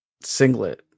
singlet